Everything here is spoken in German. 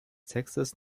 textes